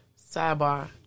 Sidebar